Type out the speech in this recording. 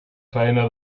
faena